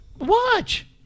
watch